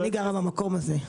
אני גרה במקום הזה.